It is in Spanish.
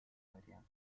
adriana